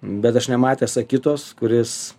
bet aš nematęs akitos kuris